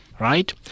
Right